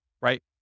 right